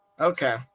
Okay